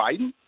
Biden